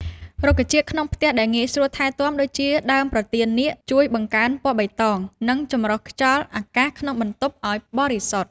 រុក្ខជាតិក្នុងផ្ទះដែលងាយស្រួលថែទាំដូចជា ដើមប្រទាលនាគ ជួយបង្កើនពណ៌បៃតង និងចម្រោះខ្យល់អាកាសក្នុងបន្ទប់ឱ្យបរិសុទ្ធ។